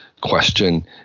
question